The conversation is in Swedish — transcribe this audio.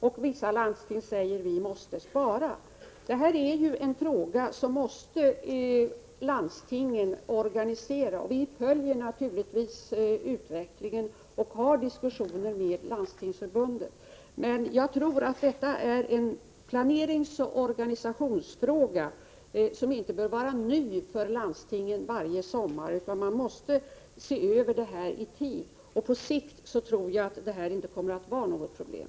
Och en del landsting säger: Vi måste spara. Det här är en sak som landstingen måste organisera. Vi följer naturligtvis utvecklingen och har diskussioner med Landstingsförbundet. Men jag tror att detta är en planeringsoch organisationsfråga som inte bör vara ny för landstingen varje sommar, utan man måste se över detta i tid. På sikt tror jag att det inte kommer att vara något problem.